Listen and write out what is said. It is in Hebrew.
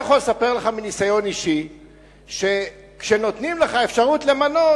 אני יכול לספר לך מניסיון אישי שכשנותנים לך אפשרות למנות,